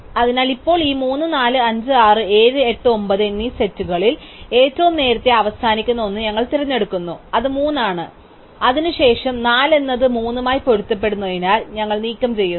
അതിനാൽ ഇപ്പോൾ ഈ 3 4 5 6 7 8 9 എന്നീ സെറ്റുകളിൽ ഏറ്റവും നേരത്തെ അവസാനിക്കുന്ന ഒന്ന് ഞങ്ങൾ തിരഞ്ഞെടുക്കുന്നു അത് 3 ആണ് അതിനുശേഷം 4 എന്നത് 3 മായി പൊരുത്തപ്പെടുന്നതിനാൽ ഞങ്ങൾ നീക്കംചെയ്യുന്നു